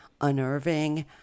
unnerving